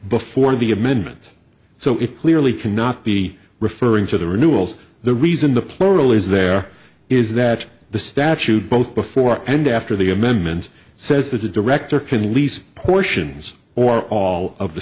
before the amendment so it clearly cannot be referring to the renewals the reason the plural is there is that the statute both before and after the amendment says that the director can lease portions or all of the